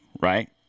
Right